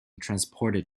transported